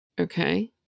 Okay